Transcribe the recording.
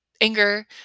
anger